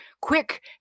Quick